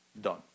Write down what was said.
done